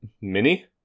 Mini